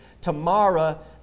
Tomorrow